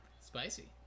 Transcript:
spicy